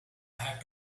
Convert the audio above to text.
had